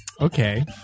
Okay